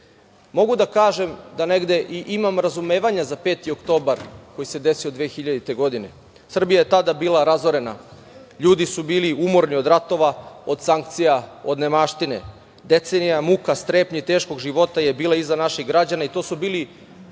da kažem da negde i imam razumevanja za 5. oktobar koji se desio 2000. godine. Srbija je tada bila razorena. Ljudi su bili umorni od ratova, od sankcija, od nemaštine. Decenija muka, strepnji i teškog života je bila iza naših građana i to su bili dovoljni